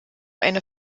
eine